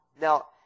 Now